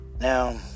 Now